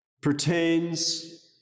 pertains